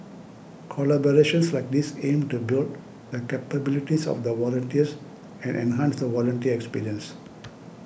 collaborations like these aim to build the capabilities of the volunteers and enhance the volunteer experience